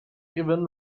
even